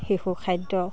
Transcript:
শিশু খাদ্য